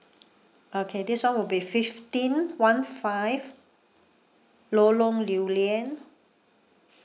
okay this one will be fifteen one five lorong lew lian